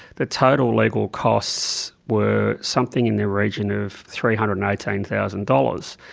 the total legal costs were something in the region of three hundred and eighteen thousand dollars.